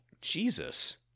Jesus